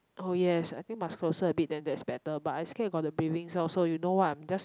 oh yes I think must closer a bit then that's better but I scared got the breathing sound so you know what I'm just